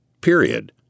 Period